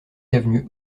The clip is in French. avenue